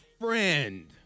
friend